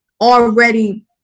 already